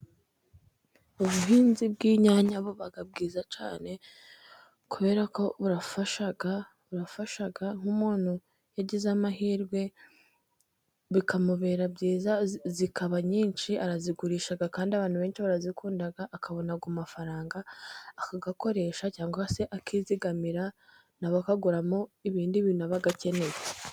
Ubuhinzi bw'inyanya buba bwiza cyane, kubera ko burafasha, bufasha nk'umuntu yagize amahirwe bikamubera byiza, zikaba nyinshi arazigurisha kandi abantu benshi barazikunda, akabona ayo mafaranga, akayakoresha cyangwa se akizigamira, n'abayaguramo ibindi bintu aba akeneye.